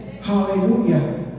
Hallelujah